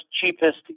cheapest